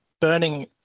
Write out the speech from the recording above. burning